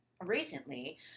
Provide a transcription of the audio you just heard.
Recently